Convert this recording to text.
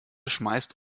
schmeißt